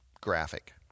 graphic